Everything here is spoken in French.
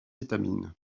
étamines